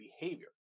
behavior